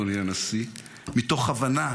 אדוני הנשיא, מתוך הבנה